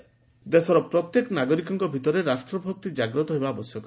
ମୋହନ ଭାଗବତ ଦେଶର ପ୍ରତ୍ୟେକ ନାଗରିକଙ୍କ ଭିତରେ ରାଷ୍ରଭକ୍ତି ଜାଗ୍ରତ ହେବା ଆବଶ୍ୟକ